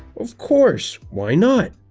of course, why not?